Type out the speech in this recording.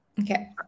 Okay